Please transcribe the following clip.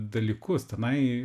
dalykus tenai